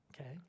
Okay